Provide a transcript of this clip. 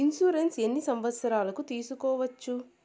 Insurance ఎన్ని సంవత్సరాలకు సేసుకోవచ్చు?